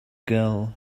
girl